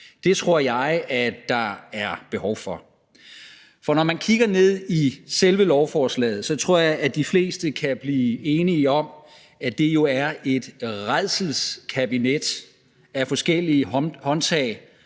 Det tror jeg at der er behov for. For når man kigger ned i selve lovforslaget, så tror jeg, at de fleste kan blive enige om, at det jo er et rædselskabinet af forskellige håndtag,